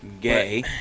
gay